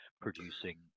producing